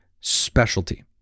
specialty